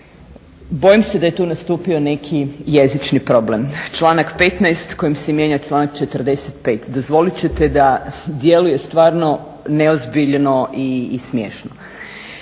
Bojim se da je tu nastupio neki jezični problem. Članak 15. kojim se mijenja članak 45. dozvolit ćete da djeluje stvarno neozbiljno i smiješno.